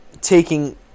taking